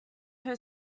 her